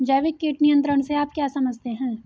जैविक कीट नियंत्रण से आप क्या समझते हैं?